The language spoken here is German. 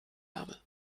habe